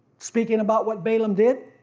speaking about what balaam did.